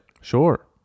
Sure